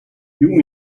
юун